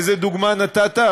איזו דוגמה נתת,